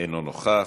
אינו נוכח,